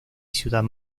ciudad